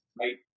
right